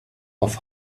auf